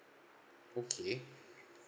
okay